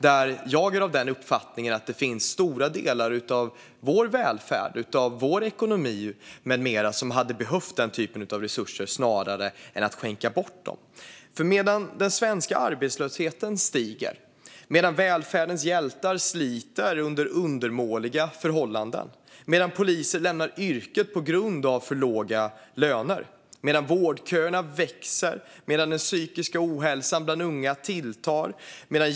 Där är jag av uppfattningen att det finns stora delar av vår välfärd, vår ekonomi med mera som hade behövt den typen av resurser snarare än att vi skänker bort dem. Den svenska arbetslösheten stiger. Välfärdens hjältar sliter under undermåliga förhållanden. Poliser lämnar yrket på grund av för låga löner. Vårdköerna växer, och den psykiska ohälsan bland unga tilltar.